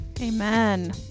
Amen